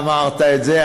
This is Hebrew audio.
אמרת.